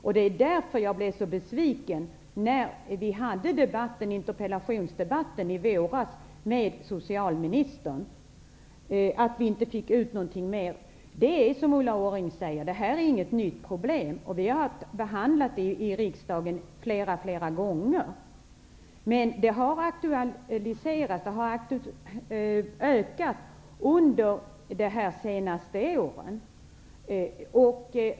Men det är också därför som jag blev så besviken över att vi inte fick ut mer av interpellationsdebatten som vi i våras förde med socialministern. Det här är, som Ulla Orring säger, inget nytt problem. Vi har behandlat det i riksdagen flera gånger, men problemet har ökat under de senaste åren.